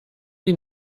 die